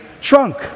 shrunk